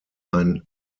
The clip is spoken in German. ein